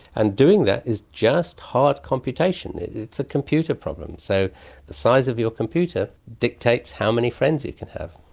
and doing that is just hard computation. it's a computer problem, so the size of your computer dictates how many friends you can have.